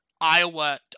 Iowa